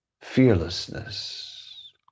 Fearlessness